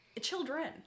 Children